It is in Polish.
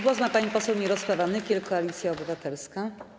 Głos ma pani poseł Mirosława Nykiel, Koalicja Obywatelska.